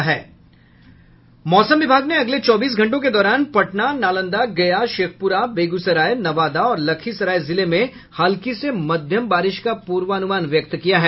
मौसम विभाग ने अगले चौबीस घंटों के दौरान पटना नालंदा गया शेखपुरा बेगूसराय नवादा और लखीसराय जिले में हल्की से मध्यम बारिश का पूर्वानुमान व्यक्त किया है